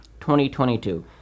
2022